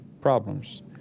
problems